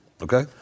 okay